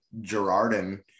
Gerardin